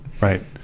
right